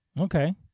Okay